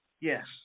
yes